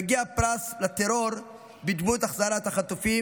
מגיע פרס לטרור בדמות החזרת הגופות.